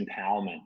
empowerment